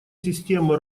системы